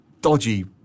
dodgy